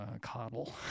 coddle